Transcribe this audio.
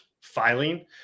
filing